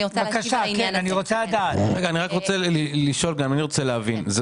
אני רוצה להבין,